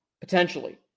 potentially